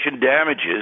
damages